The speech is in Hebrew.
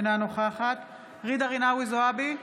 אינה נוכחת ג'ידא רינאוי זועבי,